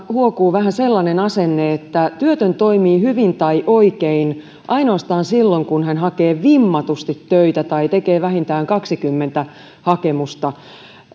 huokuu vähän sellainen asenne että työtön toimii hyvin tai oikein ainoastaan silloin kun hän hakee vimmatusti töitä tai tekee vähintään kaksikymmentä hakemusta